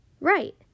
Right